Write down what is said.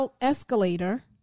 escalator